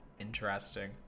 interesting